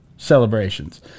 Celebrations